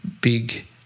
big